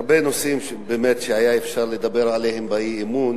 הרבה נושאים, באמת, היה אפשר לדבר עליהם באי-אמון,